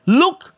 look